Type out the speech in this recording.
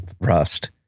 Rust